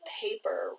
paper